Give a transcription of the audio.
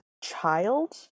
child